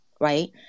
right